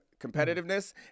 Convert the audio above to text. competitiveness